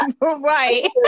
Right